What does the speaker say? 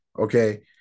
okay